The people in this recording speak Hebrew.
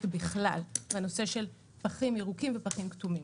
בכלל הנושא של פחים ירוקים ופחים כתומים.